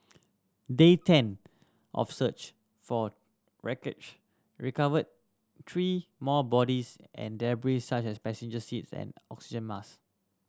day ten of search for wreckage recovered three more bodies and debris such as passenger seats and oxygen mask